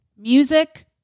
music